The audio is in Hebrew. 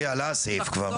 לי עלה הסעיף כבר ...